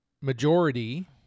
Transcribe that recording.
majority